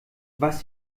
was